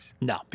No